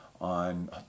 on